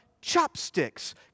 chopsticks